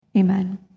Amen